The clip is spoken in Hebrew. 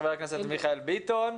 חבר הכנסת מיכאל ביטון,